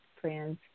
friends